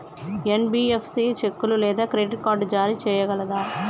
NBFC చెక్కులు లేదా credit card జారీ చేయగలదా?